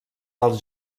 als